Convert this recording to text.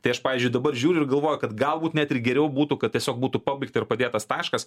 tai aš pavyzdžiui dabar žiūriu ir galvoju kad galbūt net ir geriau būtų kad tiesiog būtų pabaigta ir padėtas taškas